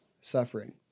suffering